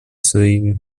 своими